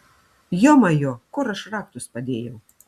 jomajo kur aš raktus padėjau